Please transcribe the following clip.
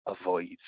avoid